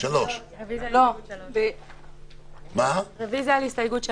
5-8. רוויזיה על הסתייגות מס'